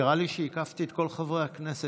נראה לי שהקפתי את כל חברי הכנסת.